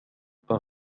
par